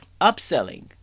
upselling